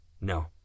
No